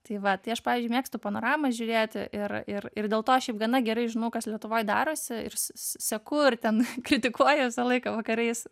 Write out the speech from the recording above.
tai va tai aš pavyzdžiui mėgstu panoramą žiūrėti ir ir ir dėl to šiaip gana gerai žinau kas lietuvoj darosi ir s s seku ir ten kritikuoju visą laiką vakarais